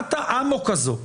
ריצת האמוק הזו,